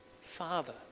Father